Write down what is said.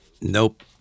Nope